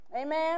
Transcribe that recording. Amen